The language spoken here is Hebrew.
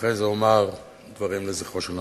ואחרי זה אומר דברים לזכרו של נפתלי.